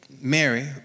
Mary